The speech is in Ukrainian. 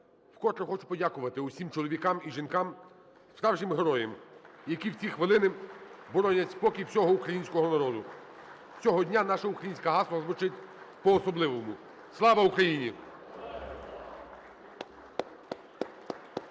Вкотре хочу подякувати усім чоловікам і жінкам, справжнім героям, які в ці хвилини боронять спокій всього українського народу. Цього дня наше українське гасло звучить по-особливому: "Слава Україні!".